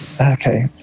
Okay